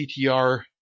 CTR